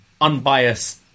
unbiased